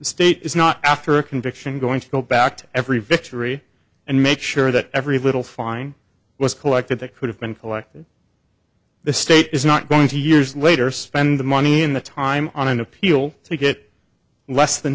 state is not after a conviction going to go back to every victory and make sure that every little fine was collected that could have been collected the state is not going to years later spend the money in the time on an appeal to get less than